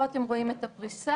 פה אתם רואים את הפריסה.